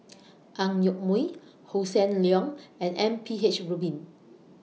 Ang Yoke Mooi Hossan Leong and M P H Rubin